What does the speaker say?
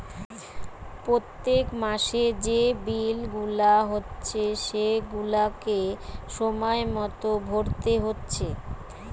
পোত্তেক মাসের যে বিল গুলা হচ্ছে সেগুলাকে সময় মতো ভোরতে হচ্ছে